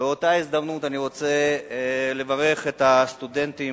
באותה הזדמנות אני רוצה לברך את הסטודנטים